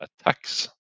attacks